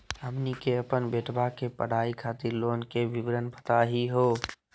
हमनी के अपन बेटवा के पढाई खातीर लोन के विवरण बताही हो?